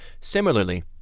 Similarly